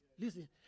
Listen